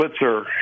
blitzer